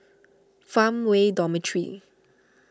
Farmway Dormitory